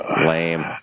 Lame